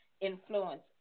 influence